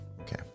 Okay